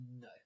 No